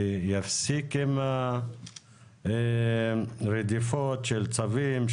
יפסיק עם הרדיפות של צווים,